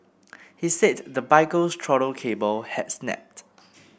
he said the biker's throttle cable had snapped